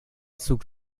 zug